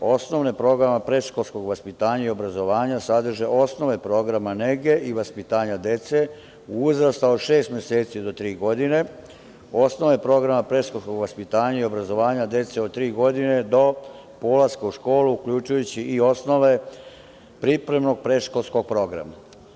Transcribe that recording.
On glasi – osnove programa predškolskog vaspitanja i obrazovanja sadrže osnove programa nege i vaspitanja dece uzrasta od šest meseci do tri godine, osnove programa predškolskog vaspitanja i obrazovanja dece od tri godine do polaska u školu, uključujući i osnove pripremnog predškolskog programa.